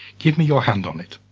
give me your hand on it.